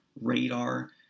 radar